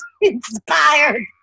inspired